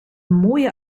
mooie